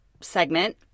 segment